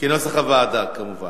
כנוסח הוועדה כמובן.